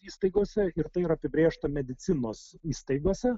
įstaigose ir tai yra apibrėžta medicinos įstaigose